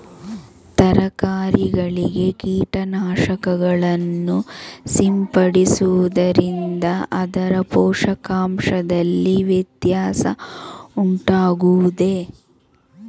ತರಕಾರಿಗಳಿಗೆ ಕೀಟನಾಶಕಗಳನ್ನು ಸಿಂಪಡಿಸುವುದರಿಂದ ಅದರ ಪೋಷಕಾಂಶದಲ್ಲಿ ವ್ಯತ್ಯಾಸ ಉಂಟಾಗುವುದೇ?